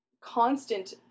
constant